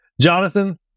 Jonathan